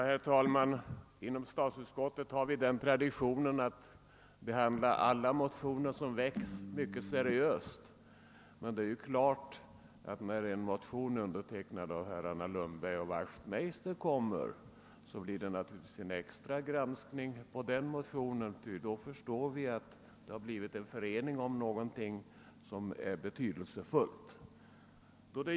Herr talman! Vi har inom statsutskottet den traditionen att mycket seriöst behandla alla motioner som hänvisas till oss, men när det kommer en motion un dertecknad av 'herrarna Lundberg och Wachtmeister företar vi naturligtvis en extra granskning, ty då förstår vi att det blivit en förening om något som är betydelsefullt.